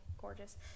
gorgeous